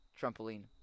trampoline